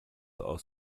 aus